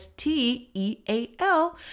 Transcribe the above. S-T-E-A-L